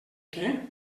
què